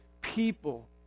people